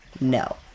No